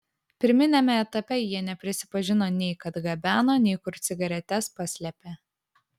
pirminiame etape jie neprisipažino nei kad gabeno nei kur cigaretes paslėpė